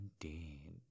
indeed